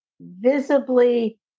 visibly